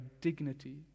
dignity